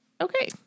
okay